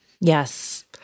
Yes